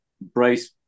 Bryce